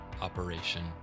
operation